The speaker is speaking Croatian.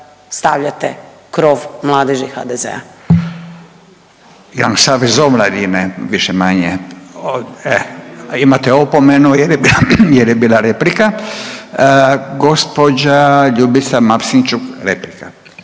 stavljate krov Mladeži HDZ-a.